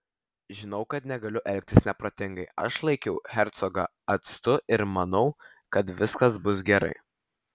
žinau kad negaliu elgtis neprotingai aš laikiau hercogą atstu ir manau kad viskas bus gerai